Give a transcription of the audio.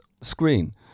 screen